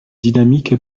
dynamique